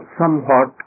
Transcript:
somewhat